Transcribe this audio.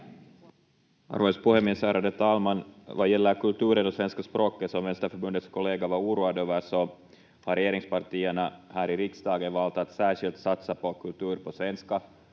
Arvoisa puhemies, ärade talman! Vad gäller kulturen och svenska språket, som vänsterförbundets kollega var oroad över, har regeringspartierna här i riksdagen valt att särskilt satsa på kultur på svenska: